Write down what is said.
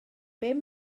bum